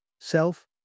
self